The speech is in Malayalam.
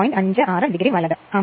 56 o വലത് അംപീയെർ